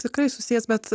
tikrai susijęs bet